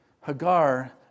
Hagar